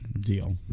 deal